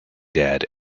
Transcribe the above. dead